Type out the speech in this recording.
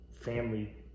family